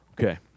Okay